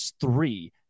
three